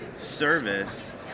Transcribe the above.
service